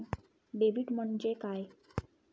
Debit म्हणजे काय?